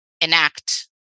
enact